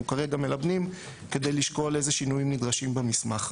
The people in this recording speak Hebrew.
כרגע מלבנים כדי לשקול איזה שינויים נדרשים במסמך.